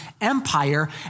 Empire